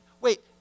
wait